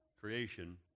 creation